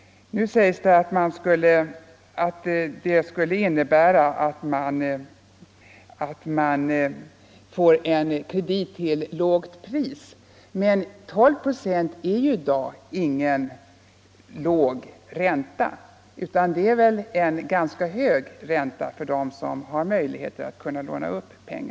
Nu sägs det att detta skulle innebära att man får en kredit till lågt pris. Men 12 procent är ju i dag ingen låg ränta, utan det är väl en ganska hög ränta för dem som lånar pengar.